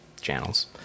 channels